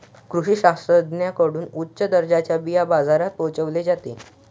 कृषी शास्त्रज्ञांकडून उच्च दर्जाचे बिया बाजारात पोहोचवले जाते